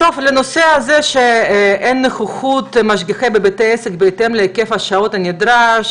לנושא הזה שאין נוכחות משגיחים בבית העסק בהתאם להיקף השעות הנדרש.